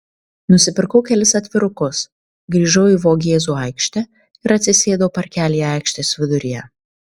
nusipirkau kelis atvirukus grįžau į vogėzų aikštę ir atsisėdau parkelyje aikštės viduryje